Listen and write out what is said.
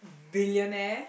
billionaire